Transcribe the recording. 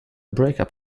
breakup